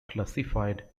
classified